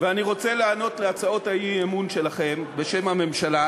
ואני רוצה לענות על הצעות האי-אמון שלכם בשם הממשלה.